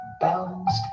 balanced